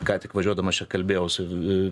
ką tik važiuodamas čia kalbėjau su